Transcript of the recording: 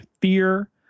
fear